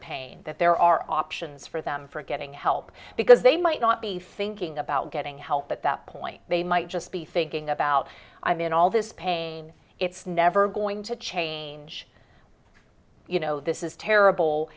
pain that there are options for them for getting help because they might not be thinking about getting help at that point they might just be thinking about i'm in all this pain it's never going to change you know this is terrible